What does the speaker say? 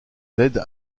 l’aide